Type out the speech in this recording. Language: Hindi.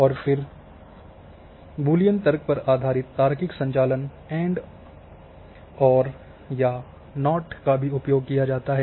और फिर बूलियन तर्क पर आधारित तार्किक संचालक एंड ऑर तथा नॉट का भी उपयोग किया जाता है